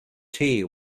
tea